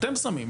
אתם שמים,